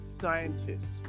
scientists